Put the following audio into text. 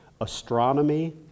astronomy